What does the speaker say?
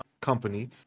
company